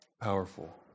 Powerful